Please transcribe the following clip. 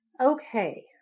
Okay